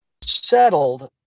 settled